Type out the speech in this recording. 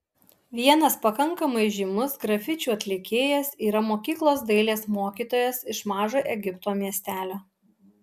vienas pakankamai žymus grafičių atlikėjas yra mokyklos dailės mokytojas iš mažo egipto miestelio